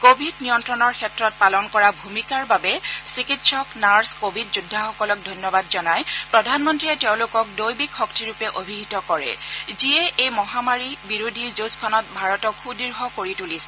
covid নিয়ন্ত্ৰণৰ ক্ষেত্ৰত পালন কৰা ভূমিকাৰ বাবে চিকিৎসক নাৰ্চ কভিড যোদ্ধাসকলক ধন্যবাদ জনাই প্ৰধানমন্ত্ৰীয়ে তেওঁলোকক দৈবিক শক্তিৰূপে অভিহিত কৰে যিয়ে এই মহামাৰী বিৰোধী যুঁজখনত ভাৰতক সুদ্য় কৰি তুলিছিল